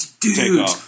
dude